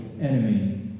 enemy